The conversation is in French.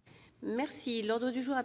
Leconte, auteur